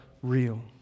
real